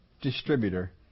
distributor